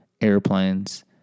airplanes